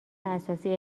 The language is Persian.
اساسی